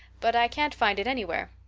but i can't find it anywhere.